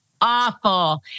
awful